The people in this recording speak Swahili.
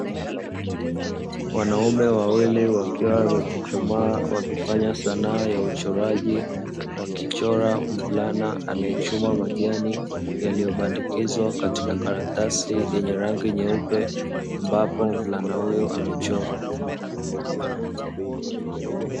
Wanaume wawili wakiwa wamechuchumaa, wakifanya sanaa ya uchoraji. Wakichora mvulana anayechuma majani yaliyobandikizwa katika karatasi yenye rangi nyeupe, ambapo mvulana huyo amechorwa.